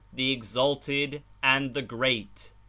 the exalted and the great,